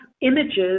images